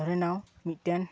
ᱫᱷᱚᱨᱮᱱᱟᱣ ᱢᱤᱫᱴᱮᱱ